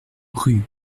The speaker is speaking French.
rue